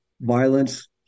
violence